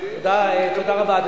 תודה רבה.